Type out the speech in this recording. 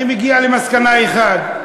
אני מגיע למסקנה אחת: